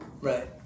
Right